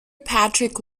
patrick